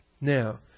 Now